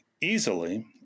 easily